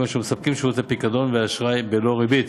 אשר מספקים שירותי פיקדון ואשראי בלא ריבית.